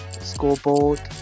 scoreboard